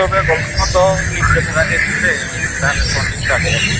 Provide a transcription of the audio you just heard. ᱴᱷᱤᱠ ᱜᱮᱭᱟ ᱛᱚᱵᱮ ᱜᱚᱞᱯᱚ ᱫᱚ ᱱᱤᱝᱠᱟᱹ ᱫᱟᱨᱟᱜᱮ ᱦᱮᱸ ᱥᱮ ᱛᱟᱦᱞᱮ ᱯᱷᱳᱱ ᱞᱤᱧ ᱠᱟᱴ ᱮᱫᱟ